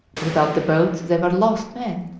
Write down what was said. without the boats they were lost men.